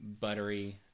buttery